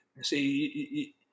See